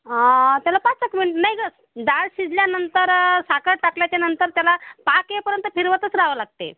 त्याला पाच एक मिन नाही गं डाळ शिजल्यानंतर साखर टाकल्याच्यानंतर त्याला पाक येईपर्यंत फिरवतच राहावं लागते